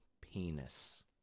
penis